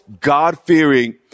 God-fearing